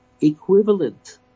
equivalent